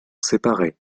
séparer